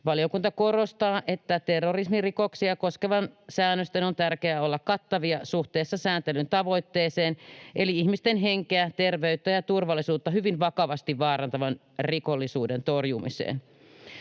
Valiokunta korostaa, että terrorismirikoksia koskevan säännöstön on tärkeää olla kattavia suhteessa sääntelyn tavoitteeseen eli ihmisten henkeä, terveyttä ja turvallisuutta hyvin vakavasti vaarantavan rikollisuuden torjumiseen.